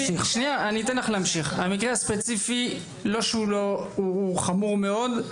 המקרה הספציפי הוא חמור מאוד.